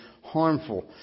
harmful